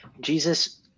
Jesus